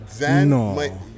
No